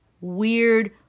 weird